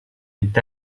est